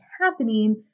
happening